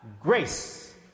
grace